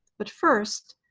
but first,